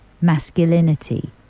masculinity